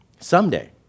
Someday